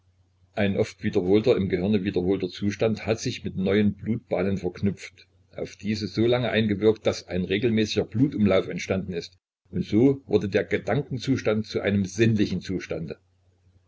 ein oft wiederholter im gehirne wiederholter zustand hat sich mit neuen blutbahnen verknüpft auf diese so lange eingewirkt daß ein regelmäßiger blutumlauf entstanden ist und so wurde der gedankenzustand zu einem sinnlichen zustande